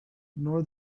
nor